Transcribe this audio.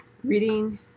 reading